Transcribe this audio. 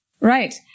right